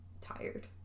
tired